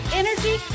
energy